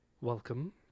welcome